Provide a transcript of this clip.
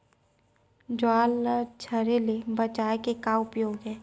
ज्वार ला झरे ले बचाए के का उपाय हे?